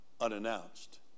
unannounced